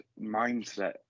mindset